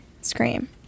scream